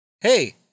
hey